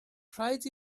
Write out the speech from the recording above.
rhaid